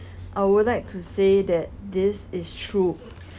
I would like to say that this is true